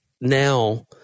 now